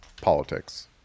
politics